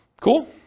Cool